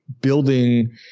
building